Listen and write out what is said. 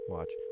Watch